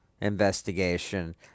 investigation